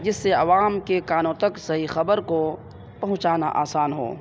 جس سے عوام کے کانوں تک صحیح خبر کو پہنچانا آسان ہو